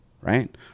right